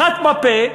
אחד בפה,